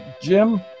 Jim